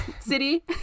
city